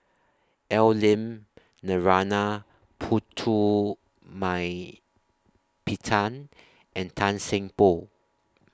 Al Lim Narana Putumaippittan and Tan Seng Poh